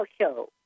show